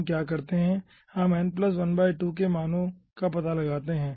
हम क्या करते हैं हम n ½ पर मानों का पता लगाते हैं